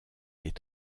est